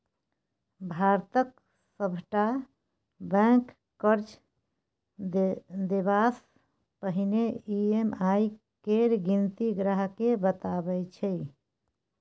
भारतक सभटा बैंक कर्ज देबासँ पहिने ई.एम.आई केर गिनती ग्राहकेँ बताबैत छै